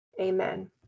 amen